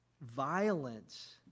Violence